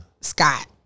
Scott